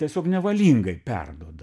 tiesiog nevalingai perduoda